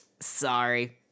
Sorry